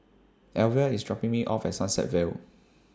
Elvia IS dropping Me off At Sunset Vale